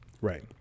right